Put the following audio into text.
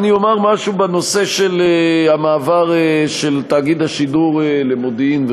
אני אומר משהו בנושא של המעבר של תאגיד השידור למודיעין,